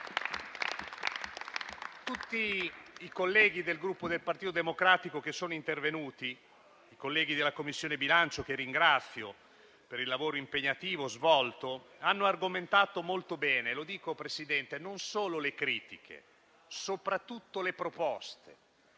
tutti i colleghi del Gruppo Partito Democratico che sono intervenuti, i colleghi della Commissione bilancio, che ringrazio per il lavoro impegnativo svolto, hanno argomentato molto bene, non solo le critiche, ma soprattutto le proposte,